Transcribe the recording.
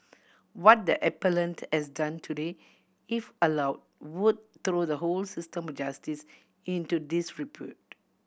what the appellant has done today if allow would throw the whole system justice into disrepute